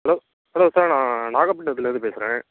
hello hello sir நான் நாகப்பட்டிணத்துலேருந்து பேசுகிறேன்